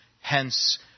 Hence